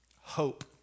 hope